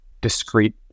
discrete